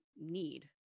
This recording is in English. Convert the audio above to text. need